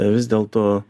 vis dėlto